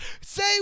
Say